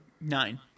Nine